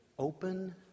Open